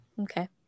Okay